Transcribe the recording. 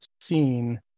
seen